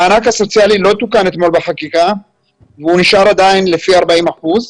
המענק הסוציאלי לא תוקן אתמול בחקיקה והוא עדיין נשאר לפי 40 אחוזים.